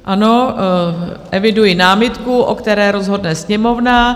Ano, eviduji námitku, o které rozhodne Sněmovna.